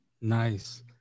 Nice